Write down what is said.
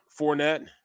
Fournette